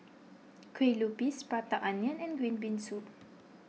Kue Lupis Prata Onion and Green Bean Soup